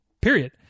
period